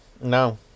No